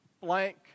blank